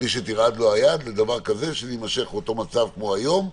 מבלי שתרעד לו היד, שהמצב היום יימשך,